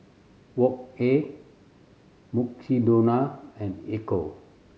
Wok Hey Mukshidonna and Ecco